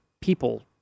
people